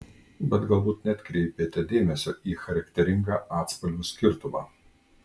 bet galbūt neatkreipėte dėmesio į charakteringą atspalvių skirtumą